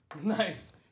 Nice